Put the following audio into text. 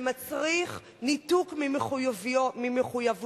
שמצריך ניתוק ממחויבויות,